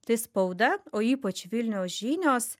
tai spauda o ypač vilniaus žinios